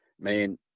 man